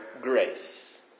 grace